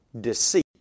deceit